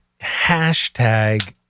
hashtag